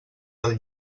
del